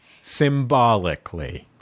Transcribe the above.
Symbolically